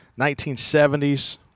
1970s